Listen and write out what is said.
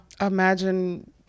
imagine